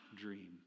dream